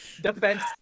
Defense